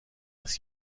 است